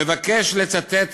מבקש לצטט